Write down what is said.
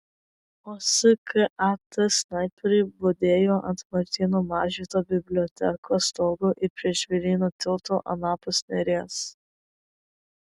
o skat snaiperiai budėjo ant martyno mažvydo bibliotekos stogo ir prie žvėryno tilto anapus neries